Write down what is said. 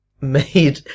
made